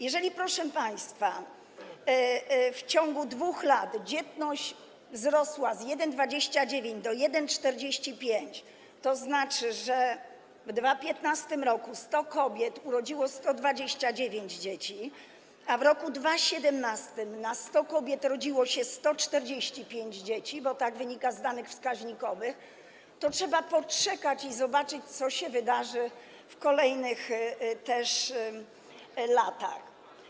Jeżeli, proszę państwa, w ciągu 2 lat dzietność wzrosła z 1,29 do 1,45, to znaczy, że w 2015 r. 100 kobiet urodziło 129 dzieci, a w roku 2017 na 100 kobiet rodziło się 145 dzieci, bo tak wynika z danych wskaźnikowych, to trzeba poczekać i zobaczyć, co się też wydarzy w kolejnych latach.